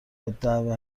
الدعوه